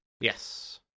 Yes